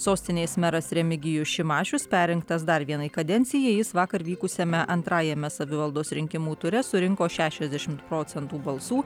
sostinės meras remigijus šimašius perrinktas dar vienai kadencijai jis vakar vykusiame antrajame savivaldos rinkimų ture surinko šešiasdešimt procentų balsų